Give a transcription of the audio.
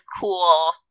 cool